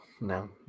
no